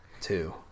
Two